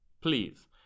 Please